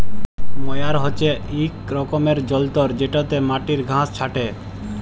ময়ার হছে ইক রকমের যল্তর যেটতে মাটির ঘাঁস ছাঁটে